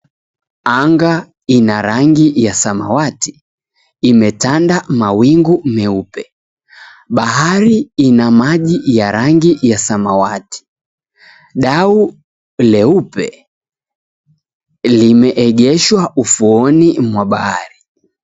Anga ina rangi ya samawati imetanda mawingu meupe. Bahari ina maji ya rangi ya samawati, dau leupe limeegeshwa ufuoni mwa bahari.